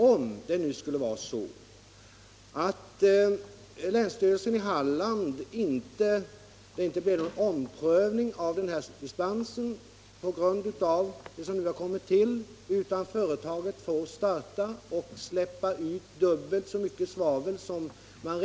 Om det skulle vara så att länsstyrelsen i Halland inte omprövar denna dispens trots de omständigheter som nu kommit till. utan företaget får släppa ut dubbelt så mycket svavel som man